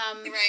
Right